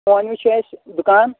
پونیو چھُ اَسہِ دُکان